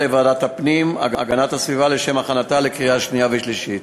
לוועדת הפנים והגנת הסביבה לשם הכנתה לקריאה שנייה ושלישית.